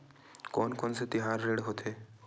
कोन कौन से तिहार ऋण होथे?